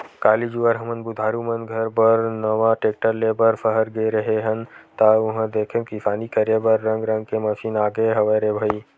काली जुवर हमन बुधारु मन घर बर नवा टेक्टर ले बर सहर गे रेहे हन ता उहां देखेन किसानी करे बर रंग रंग के मसीन आगे हवय रे भई